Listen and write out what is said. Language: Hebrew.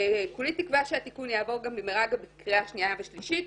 כולי תקווה שהתיקון יעבור במהרה גם בקריאה שנייה ושלישית,